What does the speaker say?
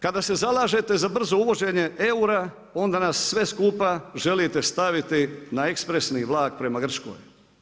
Kada se zalažete za brzo uvođenje eura onda nas sve skupa želite staviti na ekspresni vlak prema Grčkoj.